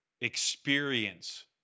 experience